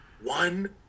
one